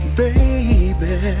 baby